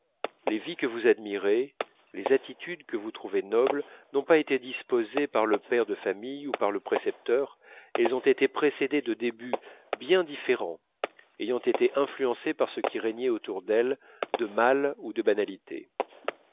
les vies que vous admirez les attitudes que vous trouvez nobles n'ont pas été disposées par le père de famille ou par le précepteur elles ont été précédées de débuts bien différents ayant été influencées par ce qui régnait autour d'elles de mal ou de banalité